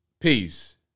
peace